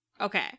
okay